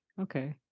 Okay